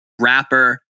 rapper